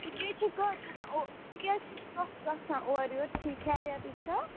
ژٕ کیٛازِ چھِ کَتھ گژھان او ژٕ کیٛازِ چھِ کَتھ گژھان اورٕ یورٕ ٹھی خیریَتھٕے چھا